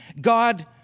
God